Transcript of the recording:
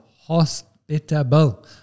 hospitable